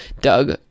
Doug